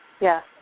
Yes